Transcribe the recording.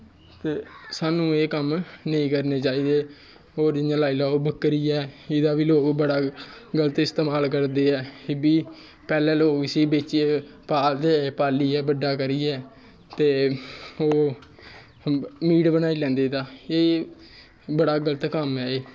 ते सानू एह् कम्म नेईं करने चाहिदे जि'यां लाई लाओ बक्करी ऐ एह्दा बा लोग बड़ा गल्त इस्तेमाल करदे ऐ पैह्लें लोग इस्सी पालदे पालियै बड्डा करियै ते ओह् मीट बनाई लैंदे एह्दा बड़ा गल्त कम्म ऐ एह्